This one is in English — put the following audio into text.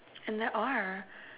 and there are